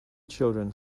children